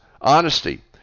honesty